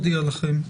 לכם: